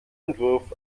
entwurf